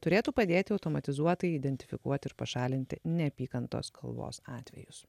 turėtų padėti automatizuotai identifikuoti ir pašalinti neapykantos kalbos atvejus